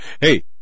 Hey